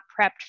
prepped